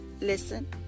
listen